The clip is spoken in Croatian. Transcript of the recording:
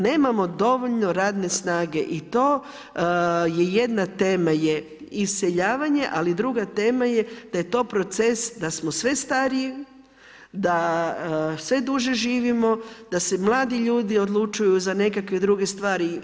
Nemamo dovoljno radne snage i to je jedna tema je iseljavanje, ali druga tema je da je to proces da smo sve stariji, da sve duže živimo, da se mladi ljudi odlučuju za nekakve druge stvari.